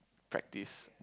practice